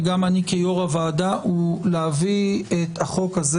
וגם אני כיו"ר הוועדה הוא להביא את החוק הזה